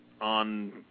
on